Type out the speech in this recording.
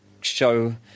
show